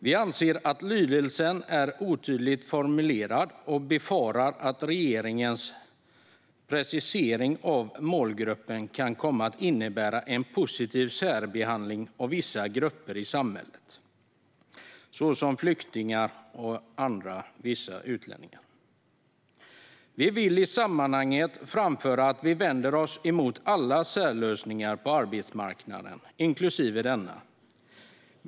Vi anser att denna lydelse är otydligt formulerad och befarar att regeringens precisering av målgruppen kan komma att innebära en positiv särbehandling av vissa grupper i samhället, såsom flyktingar och vissa andra utlänningar. Vi vill i sammanhanget framföra att vi vänder oss emot alla särlösningar på arbetsmarknaden, inklusive denna.